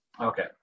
Okay